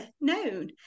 known